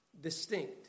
distinct